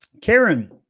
Karen